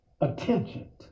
Attention